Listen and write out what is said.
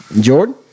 Jordan